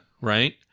right